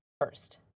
first